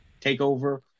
TakeOver